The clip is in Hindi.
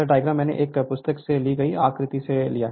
यह डायग्राम मैंने एक पुस्तक से ली गई आकृति से लिया है